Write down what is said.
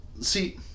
see